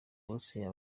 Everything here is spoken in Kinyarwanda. burusiya